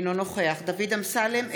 אינו נוכח דוד אמסלם,